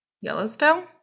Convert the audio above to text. Yellowstone